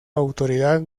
autoridad